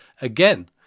again